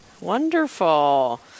Wonderful